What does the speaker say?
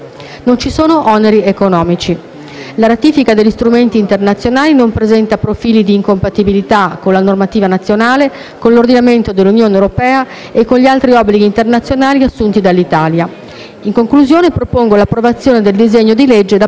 La ratifica degli strumenti internazionali non presenta profili di incompatibilità con la normativa nazionale, con l'ordinamento dell'Unione europea o con gli altri obblighi internazionali assunti dall'Italia. In conclusione, propongo l'approvazione del disegno di legge da parte dell'Assemblea.